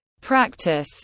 practice